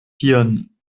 hirn